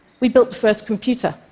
we built the first computer.